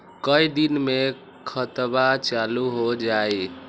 कई दिन मे खतबा चालु हो जाई?